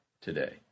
today